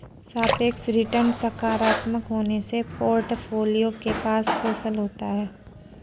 सापेक्ष रिटर्न सकारात्मक होने से पोर्टफोलियो के पास कौशल होता है